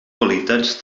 qualitats